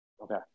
Okay